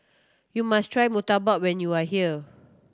you must try murtabak when you are here